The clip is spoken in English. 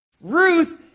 Ruth